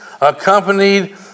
accompanied